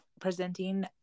presenting